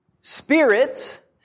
spirits